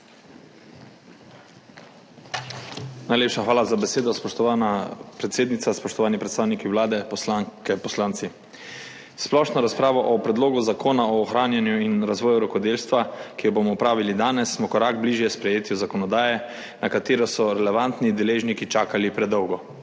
Najlepša hvala za besedo, spoštovana predsednica. Spoštovani predstavniki Vlade, poslanke, poslanci! S splošno razpravo o Predlogu zakona o ohranjanju in razvoju rokodelstva, ki jo bomo opravili danes, smo korak bližje sprejetju zakonodaje, na katero so relevantni deležniki čakali predolgo.